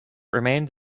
remains